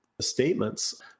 statements